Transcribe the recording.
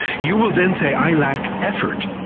you will then say i lack effort,